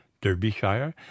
Derbyshire